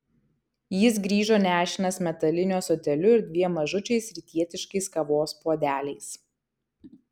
jis grįžo nešinas metaliniu ąsotėliu ir dviem mažučiais rytietiškais kavos puodeliais